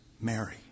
Mary